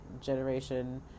generation